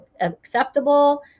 acceptable